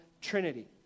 Trinity